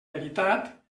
veritat